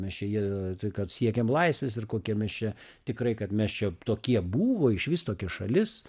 mes čia jie tai kad siekiam laisvės ir kokie mes čia tikrai kad mes čia tokie buvo išvis tokia šalis